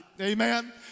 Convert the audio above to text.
amen